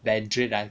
mandarin